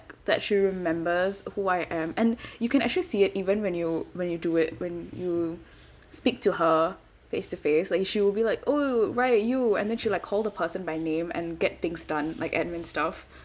that she remembers who I am and you can actually see it even when you when you do it when you speak to her face to face like you she will be like oh right you and then she will like call the person by name and get things done like admin stuff